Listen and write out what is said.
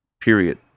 period